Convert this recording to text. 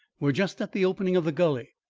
we are just at the opening of the gully.